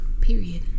Period